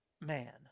man